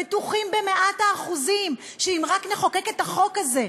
בטוחים במאת האחוזים שאם רק נחוקק את החוק הזה,